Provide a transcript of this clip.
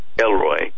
Elroy